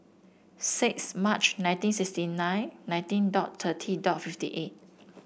six March nineteen sixty nine nineteen dot thirty dot fifty eight